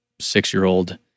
six-year-old